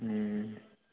ꯎꯝ